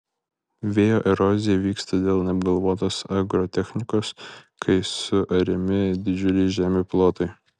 vėjo erozija vyksta dėl neapgalvotos agrotechnikos kai suariami didžiuliai žemių plotai